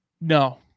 no